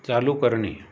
चालू करणे